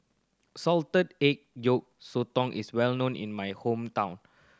salted egg yolk sotong is well known in my hometown